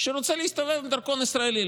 שרוצה להסתובב עם דרכון ישראלי,